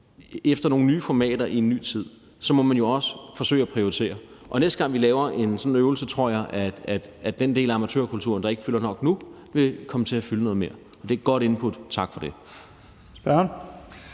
efter nogle nye formater i en ny tid, så må man jo også forsøge at prioritere. Og næste gang vi laver sådan en øvelse, tror jeg, at den del af amatørkulturen, der ikke fylder nok nu, vil komme til at fylde noget mere. Det er et godt input, tak for det.